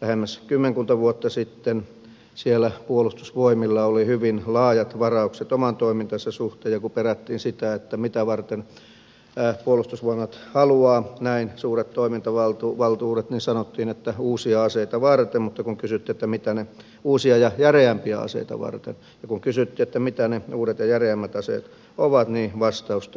lähemmäs kymmenkunta vuotta sitten siellä puolustusvoimilla oli hyvin laajat varaukset oman toimintansa suhteen ja kun perättiin sitä mitä varten puolustusvoimat haluaa näin suuret toimintavaltuuvaltuudet ja sanookin että uusia aseita varten toimintavaltuudet niin sanottiin että uusia ja järeämpiä aseita varten ja kun kysyttiin mitä ne uudet ja järeämmät aseet ovat niin vastausta ei tullut